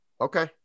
Okay